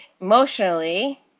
Emotionally